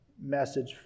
message